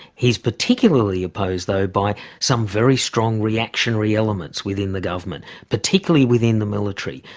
he's particularly opposed, though, by some very strong reactionary elements within the government, particularly within the military,